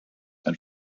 and